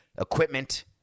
equipment